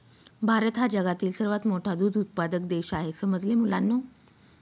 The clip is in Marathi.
भारत हा जगातील सर्वात मोठा दूध उत्पादक देश आहे समजले मुलांनो